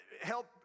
help